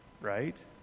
right